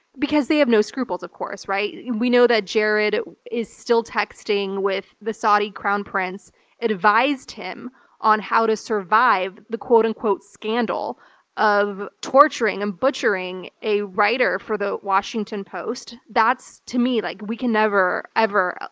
because they have no scruples, of course. right? we know that jared is still texting with the saudi crown prince and advised him on how to survive the quote-unquote scandal of torturing and butchering a writer for the washington post. that's, to me, like we can never, ever,